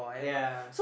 yeah